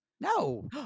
No